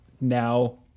now